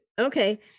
Okay